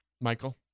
Michael